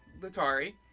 latari